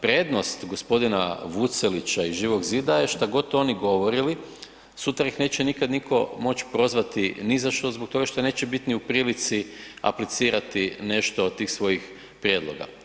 Prednost gospodina Vucelića iz Živog zida je šta god oni govorili sutra ih neće nikad nitko prozvati ni zašto zbog toga što neće biti ni u prilici aplicirati nešto od tih svojih prijedloga.